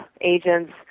agents